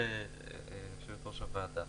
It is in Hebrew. יושבת-ראש הוועדה,